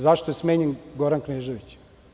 Zašto je smenjen Goran Knežević?